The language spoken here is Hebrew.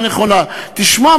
אז מה אתה אומר